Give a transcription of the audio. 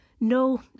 No